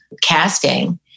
casting